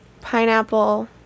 Pineapple